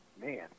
Man